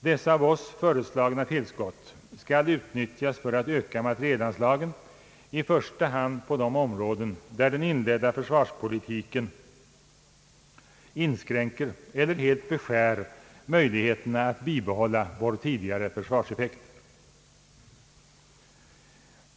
Dessa av oss föreslagna tillskott skall utnyttjas för att öka materielanslagen, i första hand på de områden där den nu inledda försvarspolitiken inskränker eller helt beskär möjligheterna att bibehålla vår tidigare försvarseffekt.